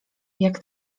jak